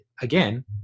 again